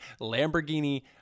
Lamborghini